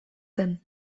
zen